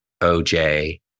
oj